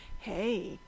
Hey